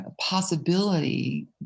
possibility